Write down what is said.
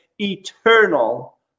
eternal